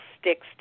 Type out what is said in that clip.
sticks